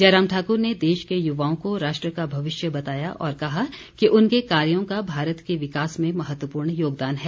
जयराम ठाकुर ने देश के युवाओं को राष्ट्र का भविष्य बताया और कहा कि उनके कार्यो का भारत के विकास में महत्वपूर्ण योगदान है